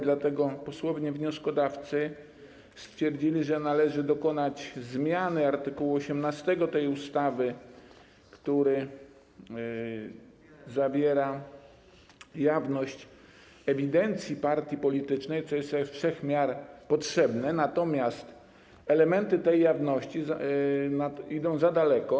Dlatego posłowie wnioskodawcy stwierdzili, że należy dokonać zmiany art. 18 tej ustawy, który zakłada jawność ewidencji partii politycznej, co jest ze wszech miar potrzebne, natomiast elementy tej jawności idą za daleko.